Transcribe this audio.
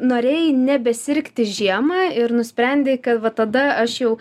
norėjai nebesirgti žiemą ir nusprendei kad va tada aš jau